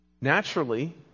Naturally